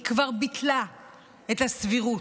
היא כבר ביטלה את הסבירות.